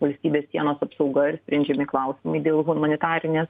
valstybės sienos apsauga ir sprendžiami klausimai dėl humanitarinės